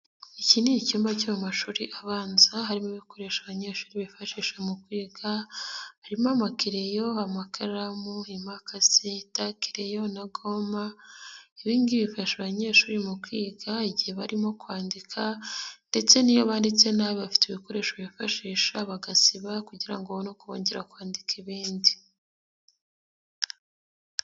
Iki ni icyumba cyo mu mashuri abanza harimo ibikore abanyeshuri bifashisha mu kwiga harimo amakiriyo, amakaramu, imakase n'agoma. Ibi bifasha abanyeshuri mu kwiga igihe barimo kwandika ndetse n'iyo banditse nabi bafite ibikoresho bifashisha bagasiba kugira ngo babone kongera kwandika ibindi.